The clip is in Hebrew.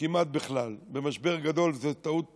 כמעט בכלל במשבר גדול, זו טעות נוראית.